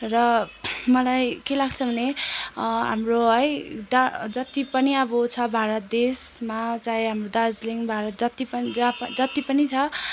र मलाई के लाग्छ भने हाम्रो है दा जति पनि अब छ भारत देशमा चाहे हाम्रो दार्जिलिङ भारत जति पनि जहाँ पनि जति पनि छ